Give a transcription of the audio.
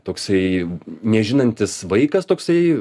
toksai nežinantis vaikas toksai